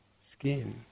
skin